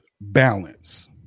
balance